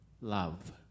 love